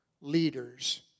leaders